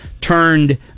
turned